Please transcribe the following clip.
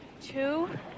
two